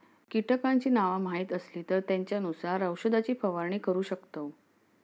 कीटकांची नावा माहीत असली तर त्येंच्यानुसार औषधाची फवारणी करू शकतव